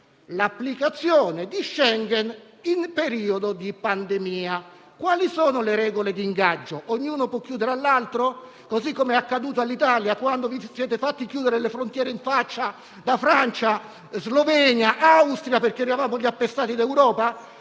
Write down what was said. all'applicazione di Schengen in periodo di pandemia. Quali sono le regole di ingaggio? Ognuno può chiudere all'altro, così come accaduto all'Italia quando vi siete fatti chiudere le frontiere in faccia da Francia, Slovenia e Austria perché eravamo gli appestati l'Europa?